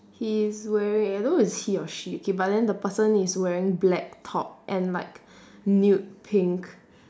he is wearing I don't know it's he or she okay but then the person is wearing black top and like nude pink